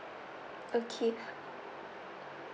okay